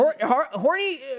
Horny